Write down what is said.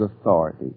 authority